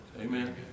Amen